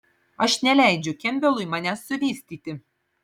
aš neleidžiu kempbelui manęs suvystyti